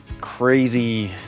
crazy